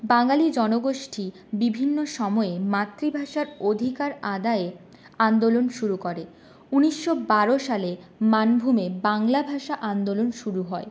বাঙালি জনগোষ্ঠী বিভিন্ন সময়ে মাতৃভাষার অধিকার আদায়ে আন্দোলন শুরু করে উনিশশো বারো সালে মানভূমে বাংলাভাষা আন্দোলন শুরু হয়